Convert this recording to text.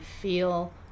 feel